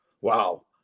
wow